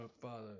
Father